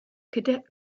cadet